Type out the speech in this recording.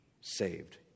saved